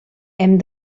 hem